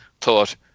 thought